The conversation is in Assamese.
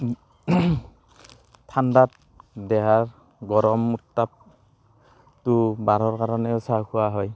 ঠাণ্ডাত দেহাৰ গৰম উত্তাপটো বঢ়াৰ কাৰণেও চাহ খোৱা হয়